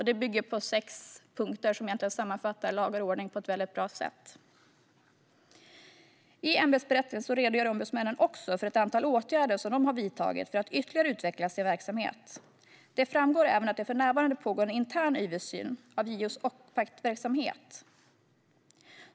Det bygger på sex punkter som sammanfattar lagar och förordningar på ett väldigt bra sätt. I ämbetsberättelsen redogör ombudsmännen också för ett antal åtgärder som de har vidtagit för att ytterligare utveckla sin verksamhet. Det framgår även att det för närvarande pågår en intern översyn av JO:s Opcatverksamhet.